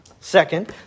Second